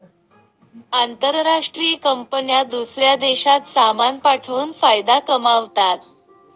आंतरराष्ट्रीय कंपन्या दूसऱ्या देशात सामान पाठवून फायदा कमावतात